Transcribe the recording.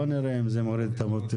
בוא נראה אם זה מוריד את המוטיבציה.